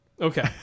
Okay